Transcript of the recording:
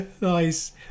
Nice